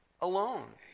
alone